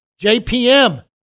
JPM